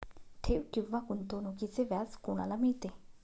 ठेव किंवा गुंतवणूकीचे व्याज कोणाला मिळते?